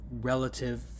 relative